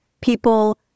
People